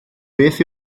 beth